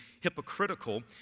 hypocritical